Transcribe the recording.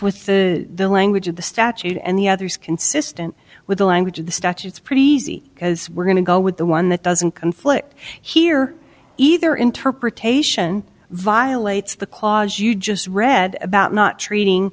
with the language of the statute and the other is consistent with the language of the statutes pretty easy because we're going to go with the one that doesn't conflict here either interpretation violates the clause you just read about not treating